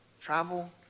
travel